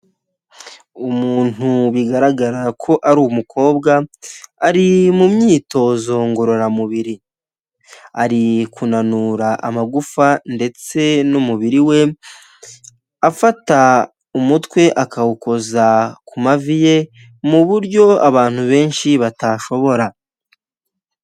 Umuntu bigaragara ko ari umukobwa ari mu myitozo ngororamubiri; ari kunanura amagufa ndetse n'umubiri we afata umutwe akawukoza ku mavi ye; mu buryo abantu benshi batashobora.